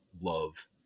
love